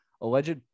alleged